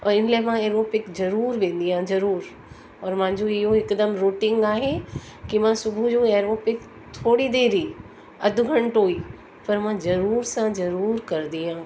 औरि इन लाइ मां एरोबिक ज़रूरु वेंदी आहियां ज़रूरु औरि मुंहिंजो इहो हिकदमु रुटीन आहे की मां सुबुह जो एरोबिक थोरी देरि ई अधु घंटो ई पर मां जरूर सां जरूर कंदी आहियां